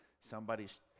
somebody's